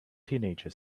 teenager